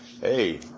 Hey